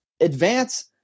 advance